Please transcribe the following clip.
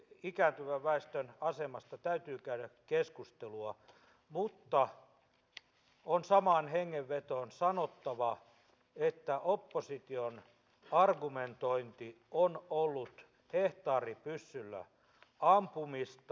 ikääntyvän väestön asemasta täytyy käydä keskustelua mutta on samaan hengenvetoon sanottava että opposition argumentointi on ollut hehtaaripyssyllä ampumista